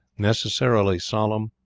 necessarily solemn,